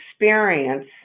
experience